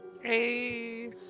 Hey